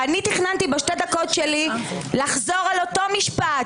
אני תכננתי בשתי הדקות שלי לחזור על אותו המשפט